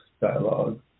dialogue